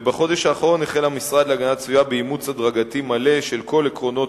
בחודש האחרון החל המשרד להגנת הסביבה באימוץ הדרגתי מלא של כל עקרונות